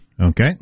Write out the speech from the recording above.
Okay